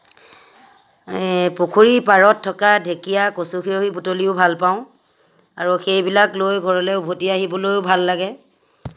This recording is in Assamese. পুখুৰীৰ পাৰত থকা ঢেকীয়া কচু বুটলিও ভাল পাওঁ আৰু সেইবিলাক লৈ ঘৰলৈ উভতি আহিবলৈও ভাল লাগে